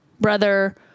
brother